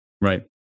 Right